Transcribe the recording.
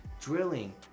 drilling